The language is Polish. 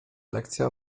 lekcja